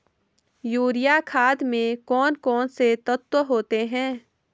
Urea खाद में कौन कौन से तत्व होते हैं?